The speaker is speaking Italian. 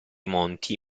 monti